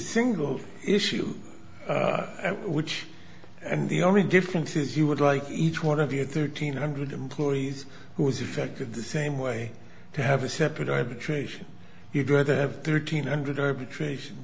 single issue which and the only difference is you would like each one of you thirteen hundred employees who was affected the same way to have a separate arbitration you'd rather have thirteen hundred arbitration